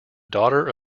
daughter